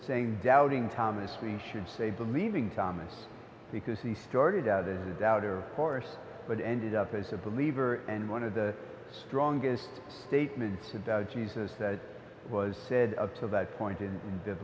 saying doubting thomas we should say believing thomas because he started out as a doubter course but ended up as a believer and one of the strongest statements of jesus that was said up to that point in